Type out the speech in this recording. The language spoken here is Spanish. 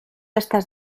estas